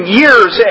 years